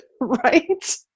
Right